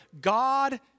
God